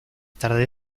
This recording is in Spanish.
tarde